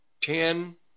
ten